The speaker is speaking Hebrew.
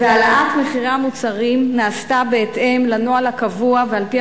העלאת מחירי המוצרים נעשתה בהתאם לנוהל הקבוע ועל-פי